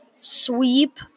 sweep